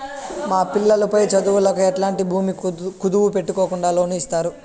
మా పిల్లలు పై చదువులకు ఎట్లాంటి భూమి కుదువు పెట్టుకోకుండా లోను ఇస్తారా